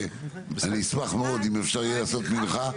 אני אשמח מאוד אם אפשר יהיה לעשות מנחה.